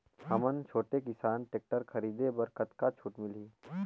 हमन छोटे किसान टेक्टर खरीदे बर कतका छूट मिलही?